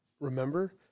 Remember